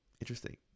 Interesting